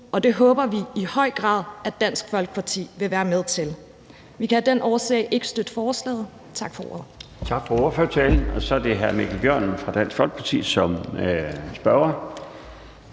og det håber vi i høj grad også at Dansk Folkeparti vil være med til. Vi kan af den årsag ikke støtte forslaget. Tak for ordet. Kl. 16:49 Den fg. formand (Bjarne Laustsen): Tak for ordførertalen. Så er det hr. Mikkel Bjørn fra Dansk Folkeparti som spørger.